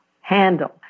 handle